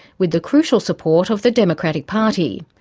with the crucial support of the democratic party.